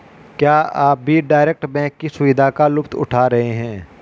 क्या आप भी डायरेक्ट बैंक की सुविधा का लुफ्त उठा रहे हैं?